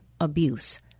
abuse